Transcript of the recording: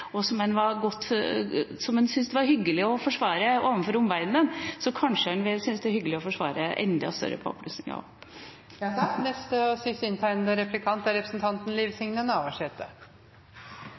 som at dette var en påplussing utenriksministeren var fornøyd med, og som han syntes det var hyggelig å forsvare overfor omverdenen, så kanskje han vil synes det er hyggelig å forsvare enda større